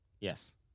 yes